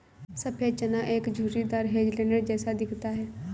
सफेद चना एक झुर्रीदार हेज़लनट जैसा दिखता है